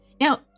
Now